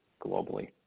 globally